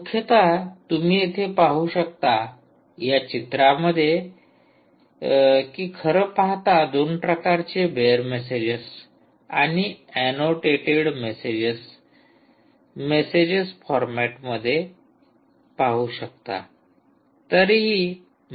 मुख्यतः तुम्ही येथे पाहू शकता या चित्रांमध्ये की खरं पाहता दोन प्रकारचे बेअर मेसेजेस आणि ऐनोटेटेड मेसेजेस मेसेज फॉरमॅटमध्ये पाहू शकता